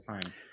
time